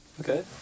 Okay